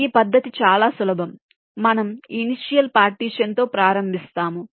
ఈ పద్ధతి చాలా సులభం మనం ఇనిషియల్ పార్టీషన్ తో ప్రారంభిస్తాము